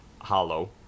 hollow